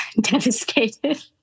devastated